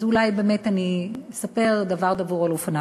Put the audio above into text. אולי באמת אני אספר דבר דבור על אופניו.